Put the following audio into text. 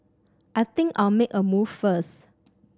I think I'll make a move first